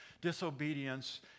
disobedience